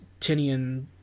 Tinian